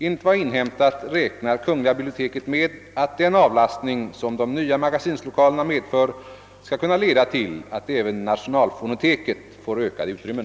Enligt vad jag inhämtat räknar kungl. biblioteket med att den avlastning som de nya magasinslokalerna medför skall kunna leda till att även nationalfonoteket får ökade utrymmen.